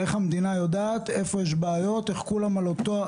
צריך לדעת את המידע במקום --- תמסור לנו אותו,